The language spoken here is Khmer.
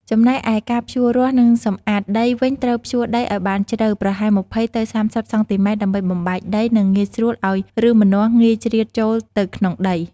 ចំណែកឯការភ្ជួររាស់ និងសម្អាតដីវិញត្រូវភ្ជួរដីឲ្យបានជ្រៅ (ប្រហែល ២០ ទៅ ៣០ សង់ទីម៉ែត្រ) ដើម្បីបំបែកដី និងងាយស្រួលឲ្យឫសម្នាស់ងាយជ្រៀតចូលទៅក្នុងដី។